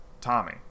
tommy